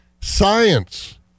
science